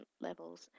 levels